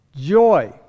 Joy